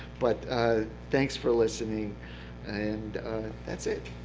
but thanks for listening and that's it.